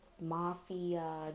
Mafia